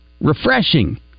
refreshing